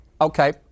okay